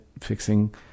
fixing